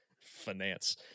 Finance